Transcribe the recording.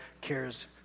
cares